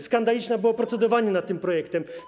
Skandaliczne było procedowanie nad tym projektem.